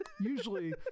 usually